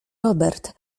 robert